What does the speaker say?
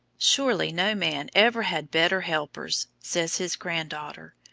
surely no man ever had better helpers says his grand-daughter,